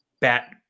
bat